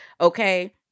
Okay